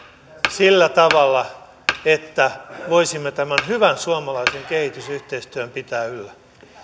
sillä tavalla että voisimme tämän hyvän suomalaisen kehitysyhteistyön pitää yllä